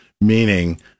meaning—